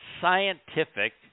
scientific